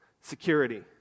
Security